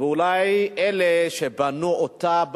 ואולי אלה שבנו אותה,